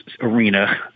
arena